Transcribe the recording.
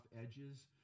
edges